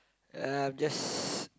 uh I'm just